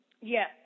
Yes